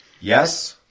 Yes